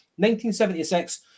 1976